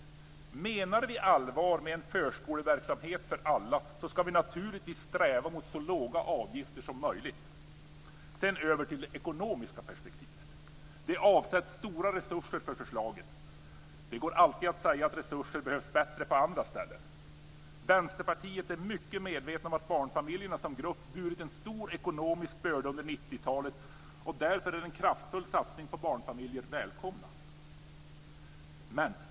Om vi menar allvar med förskoleverksamhet för alla, ska vi naturligtvis sträva mot så låga avgifter som möjligt. Sedan över till det ekonomiska perspektivet. Det avsätts stora resurser för förslaget. Det går alltid att säga att resurser behövs bättre på andra ställen. Vänsterpartiet är mycket medvetet om att barnfamiljerna som grupp burit en stor ekonomisk börda under 90-talet, och därför är en kraftfull satsning på barnfamiljer välkommen.